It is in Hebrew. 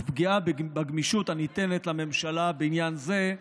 פגיעה בגמישות הניתנת לממשלה בעניין זה.